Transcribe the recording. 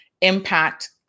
impact